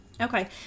Okay